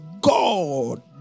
God